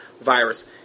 virus